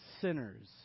sinners